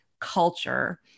culture